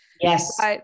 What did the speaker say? yes